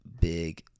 big